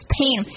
pain